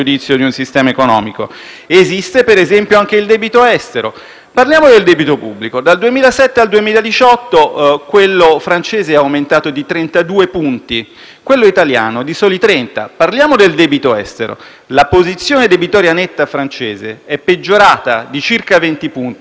Parliamo del debito pubblico: dal 2007 al 2018 quello francese è aumentato di 32 punti; quello italiano di soli 30. Parliamo del debito estero: la posizione debitoria netta francese è peggiorata di circa 20 punti e la nostra è migliorata di circa 20 punti, nello stesso lasso di tempo.